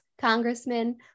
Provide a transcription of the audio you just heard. congressman